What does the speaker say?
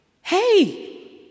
hey